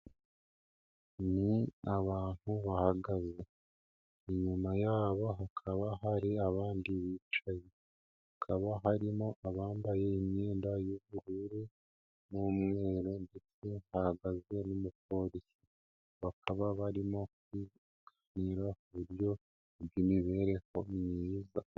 Ni abantu bahagaze, inyuma yabo hakaba hari abandi bicaye, hakaba harimo abambaye imyenda y'ubururu n'umweru ndetse hahagaze n'umupolisi, bakaba barimo kuganira ku buryo bw'imibereho myiza.